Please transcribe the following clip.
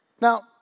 Now